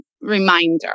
reminder